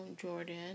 Jordan